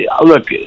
look